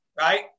right